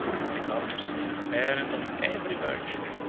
it becomes the parent of every virtue,